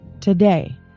today